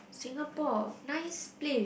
Singapore nice place